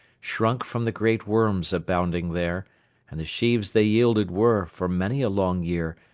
shrunk from the great worms abounding there and the sheaves they yielded, were, for many a long year,